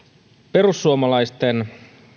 perussuomalaisten